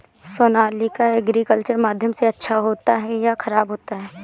Sonalika agriculture माध्यम से अच्छा होता है या ख़राब होता है?